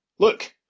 Look